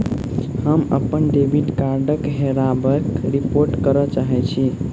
हम अप्पन डेबिट कार्डक हेराबयक रिपोर्ट करय चाहइत छि